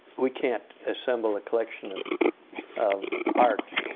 we can't assemble a collection of of art,